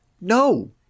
No